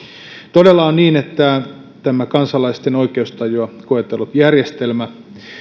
todella on niin että nyt loppuu ja hyvä niin tämä kansalaisten oikeustajua ihan syystä koetellut järjestelmä